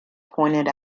pointed